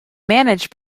managed